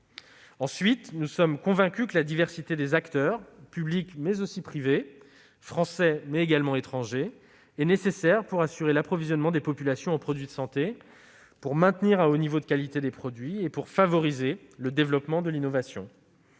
Ensuite, nous sommes convaincus que la diversité des acteurs, publics et privés, français et étrangers, est nécessaire pour assurer l'approvisionnement des populations en produits de santé, pour maintenir un haut niveau de qualité des produits et pour favoriser le développement de l'innovation.